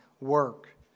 work